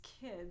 kids